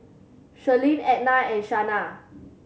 Sherlyn Edna and Shanna